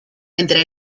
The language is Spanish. entre